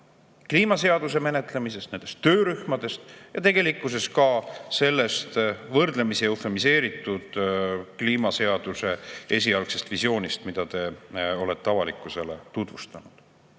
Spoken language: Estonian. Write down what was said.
kliimaseaduse menetlemisest, nendest töörühmadest ja tegelikkuses ka sellest võrdlemisi eufemiseeritud kliimaseaduse esialgsest visioonist, mida te olete avalikkusele tutvustanud.